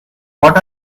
what